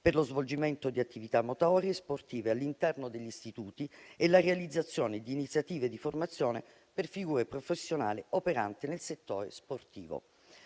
per lo svolgimento di attività motorie e sportive all'interno degli istituti e la realizzazione di iniziative di formazione per figure professionali operanti nel settore sportivo.